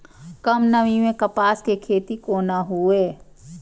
कम नमी मैं कपास के खेती कोना हुऐ?